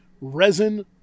resin